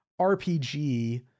RPG